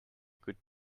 could